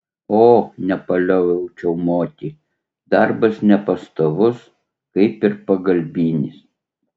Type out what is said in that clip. o nepalioviau čiaumoti darbas nepastovus kaip ir pagalbinis